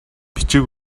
бичиг